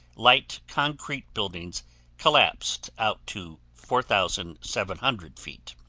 light concrete buildings collapsed out to four thousand seven hundred feet.